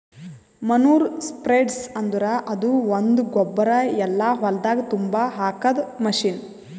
manure spreader ಅಂದುರ್ ಅದು ಒಂದು ಗೊಬ್ಬರ ಎಲ್ಲಾ ಹೊಲ್ದಾಗ್ ತುಂಬಾ ಹಾಕದ್ ಮಷೀನ್